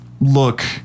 look